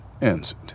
answered